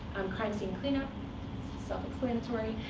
um crime scene cleanup self explanatory.